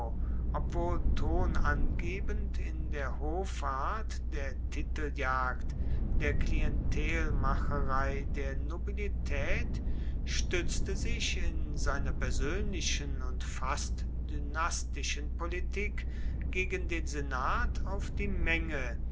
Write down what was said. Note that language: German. obwohl tonangebend in der hoffart der titeljagd der klientelmacherei der nobilitaet stuetzte sich in seiner persoenlichen und fast dynastischen politik gegen den senat auf die menge